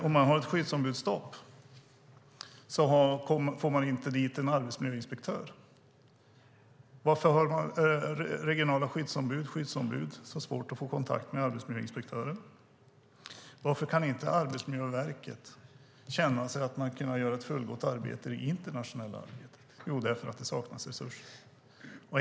Om man har ett skyddsombudsstopp får man inte dit en arbetsinspektör. Varför har regionala skyddsombud och skyddsombud så svårt att få kontakt med arbetsmiljöinspektörer? Varför kan inte Arbetsmiljöverket känna att de gör ett fullgott arbete i det internationella arbetet? Jo, därför att det saknas resurser.